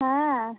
ᱦᱮᱸ